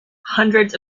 hundreds